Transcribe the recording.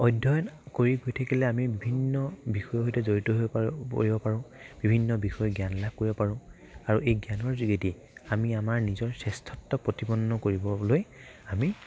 অধ্যয়ন কৰি গৈ থাকিলে আমি বিভিন্ন বিষয় সৈতে জড়িত হৈ পাৰোঁ পৰিব পাৰোঁ বিভিন্ন বিষয় জ্ঞান লাভ কৰিব পাৰোঁ আৰু এই জ্ঞানৰ যোগেদি আমি আমাৰ নিজৰ শ্ৰেষ্ঠত্ব প্ৰতিপন্ন কৰিবলৈ আমি